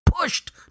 pushed